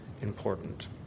important